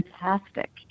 fantastic